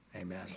amen